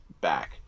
Back